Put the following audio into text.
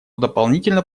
дополнительно